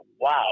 wow